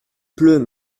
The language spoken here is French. pleut